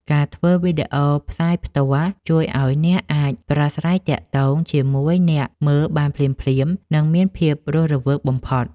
ការធ្វើវីដេអូផ្សាយផ្ទាល់ ជួយឱ្យអ្នកអាចប្រាស្រ័យទាក់ទងជាមួយអ្នកមើលបានភ្លាមៗ និងមានភាពរស់រវើកបំផុត។